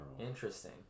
Interesting